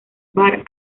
bar